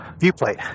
viewplate